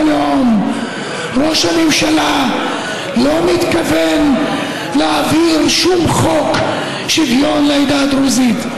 ראש הממשלה לא מתכוון להעביר שום חוק שוויון לעדה הדרוזית,